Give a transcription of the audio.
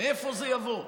מאיפה זה יבוא,